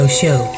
show